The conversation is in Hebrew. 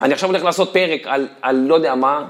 אני עכשיו הולך לעשות פרק על לא יודע מה.